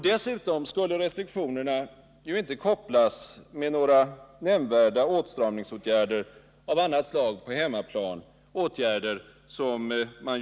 Dessutom skulle restriktionerna inte kopplas till några nämnvärda åtstramningsåtgärder av annat slag än sådana som vidtas på hemmaplan.